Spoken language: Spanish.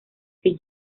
que